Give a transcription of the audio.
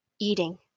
eating